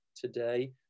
today